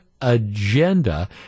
agenda